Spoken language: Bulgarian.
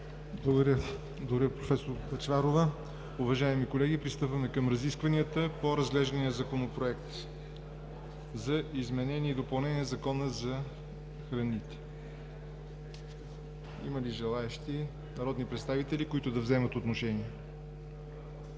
Ви, проф. Бъчварова. Уважаеми колеги, пристъпваме към разискванията по разглеждания Законопроект за изменение и допълнение на Закона за храните. Има ли желаещи народни представители, които да вземат отношение?